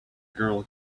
girl